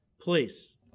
place